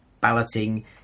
balloting